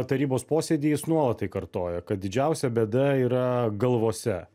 tarybos posėdį jis nuolat tai kartoja kad didžiausia bėda yra galvose